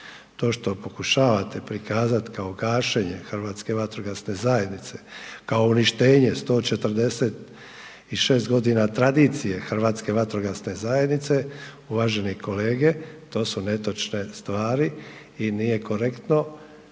To što pokušavate prikazati kao gašenje Hrvatske vatrogasne zajednice, kao uništenje 146 godina tradicije Hrvatske vatrogasne zajednice, uvaženi kolege to su netočne stvari i nije korektno